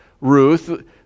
Ruth